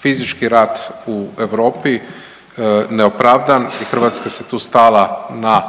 fizički rat u Europi neopravdan i Hrvatska se tu stala na